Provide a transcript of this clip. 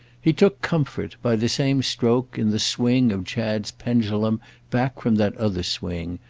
he took comfort, by the same stroke, in the swing of chad's pendulum back from that other swing,